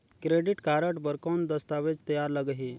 Credit card बर कौन दस्तावेज तैयार लगही?